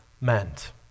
meant